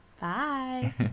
Bye